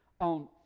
on